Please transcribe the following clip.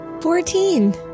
Fourteen